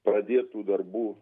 pradėtų darbų